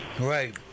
Right